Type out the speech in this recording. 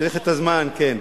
צריך את הזמן, כן.